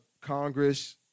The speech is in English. Congress